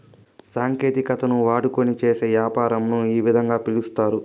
సాంకేతికతను వాడుకొని చేసే యాపారంను ఈ విధంగా పిలుస్తారు